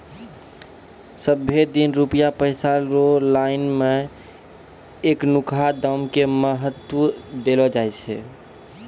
सबहे दिन रुपया पैसा रो लाइन मे एखनुका दाम के महत्व देलो जाय छै